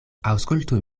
aŭskultu